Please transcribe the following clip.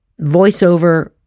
voiceover